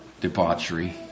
debauchery